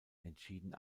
entschieden